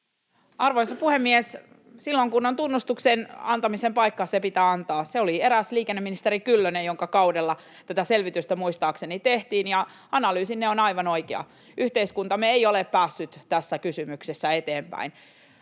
Arvoisa puhemies! Silloin kun on tunnustuksen antamisen paikka, se pitää antaa. Se oli eräs liikenneministeri Kyllönen, jonka kaudella tätä selvitystä muistaakseni tehtiin, ja analyysinne on aivan oikea. Yhteiskuntamme ei ole päässyt tässä kysymyksessä eteenpäin.